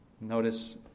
Notice